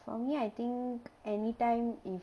for me I think anytime if